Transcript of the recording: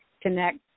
Connect